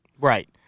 Right